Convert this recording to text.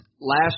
Last